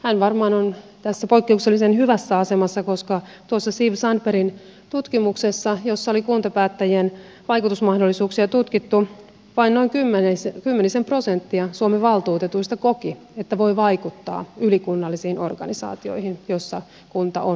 hän varmaan on tässä poikkeuksellisen hyvässä asemassa koska siv sandbergin tutkimuksessa jossa oli kuntapäättäjien vaikutusmahdollisuuksia tutkittu vain noin kymmenisen prosenttia suomen valtuutetuista koki että voi vaikuttaa ylikunnallisiin organisaatioihin joissa kunta on mukana